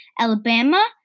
Alabama